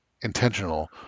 intentional